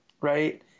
right